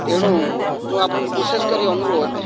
ତେଣୁ ମୁଁ ଆପଣଙ୍କୁ ବିଶେଷ କରି ଅନୁରୋଧ